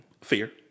Fear